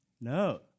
No